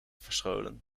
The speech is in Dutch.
verscholen